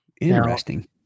interesting